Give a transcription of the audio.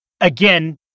again